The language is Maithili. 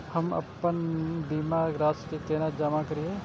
हम आपन बीमा के राशि केना जमा करिए?